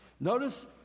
Notice